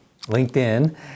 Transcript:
LinkedIn